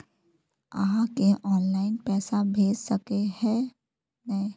आहाँ के ऑनलाइन पैसा भेज सके है नय?